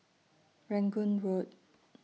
Rangoon Road